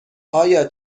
آیا